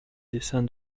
dessin